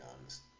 honest